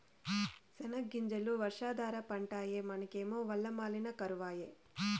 సెనగ్గింజలు వర్షాధార పంటాయె మనకేమో వల్ల మాలిన కరవాయె